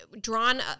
Drawn